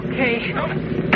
Okay